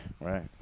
right